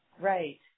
right